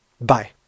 Bye